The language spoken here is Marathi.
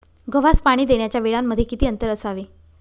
गव्हास पाणी देण्याच्या वेळांमध्ये किती अंतर असावे?